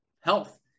health